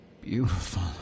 beautiful